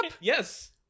Yes